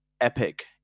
epic